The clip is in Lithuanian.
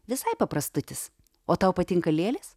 visai paprastutis o tau patinka lėlės